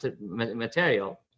material